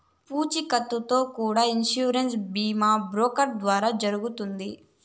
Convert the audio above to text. పూచీకత్తుతో కూడా ఇన్సూరెన్స్ బీమా బ్రోకర్ల ద్వారా జరుగుతుంది